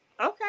Okay